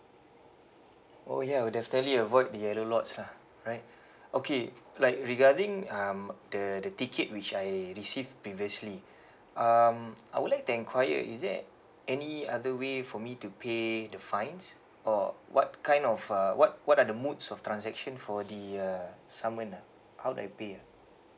oh ya will definitely avoid the yellow lots lah right okay like regarding um the the ticket which I received previously um I would like to enquire is there any other way for me to pay the fines or what kind of uh what what are the modes of transaction for the uh summon ah how do I pay ah